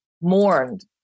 mourned